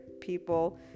people